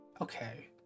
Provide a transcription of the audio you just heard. Okay